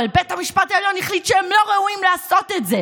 אבל בית המשפט העליון החליט שהם לא ראויים לעשות את זה.